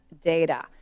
data